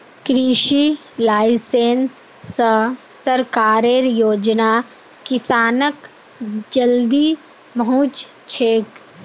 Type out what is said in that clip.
कृषि लाइसेंस स सरकारेर योजना किसानक जल्दी पहुंचछेक